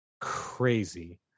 crazy